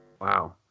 wow